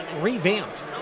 revamped